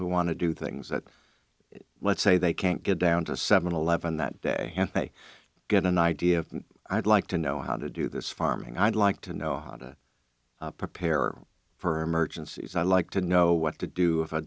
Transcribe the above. who want to do things that let's say they can't get down to seven eleven that day they get an idea i'd like to know how to do this farming i'd like to know how to prepare for emergencies i like to know what to do